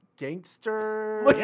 gangster